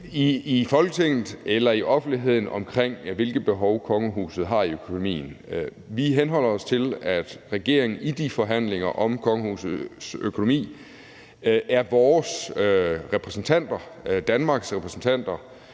i Folketinget eller i offentligheden, i forhold til hvilke behov kongehuset har i sin økonomi. Vi henholder os til, at regeringen i de forhandlinger om kongehusets økonomi er vores repræsentanter, altså Danmarks repræsentanter,